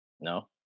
No